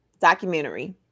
documentary